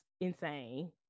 insane